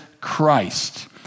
Christ